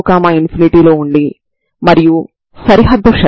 కాబట్టి ఇప్పుడు మనం వాటిని ఎలా కనుగొనాలో చూద్దాం